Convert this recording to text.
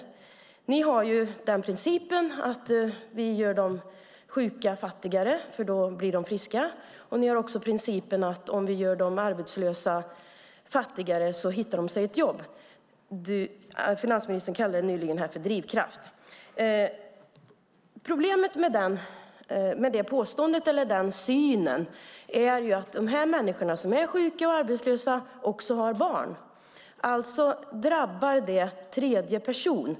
Ni har ju principen att göra de sjuka fattigare, för då blir de friska. Ni har också principen att om vi gör de arbetslösa fattigare så hittar de sig ett jobb. Finansministern kallade det nyligen för drivkraft. Problemet med det påståendet eller den synen är att de människor som är sjuka och arbetslösa också har barn, alltså drabbar det tredje person.